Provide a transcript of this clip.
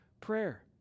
Prayer